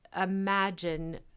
imagine